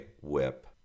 whip